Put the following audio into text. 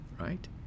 right